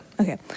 Okay